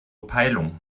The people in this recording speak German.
peilung